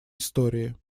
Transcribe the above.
истории